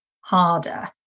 harder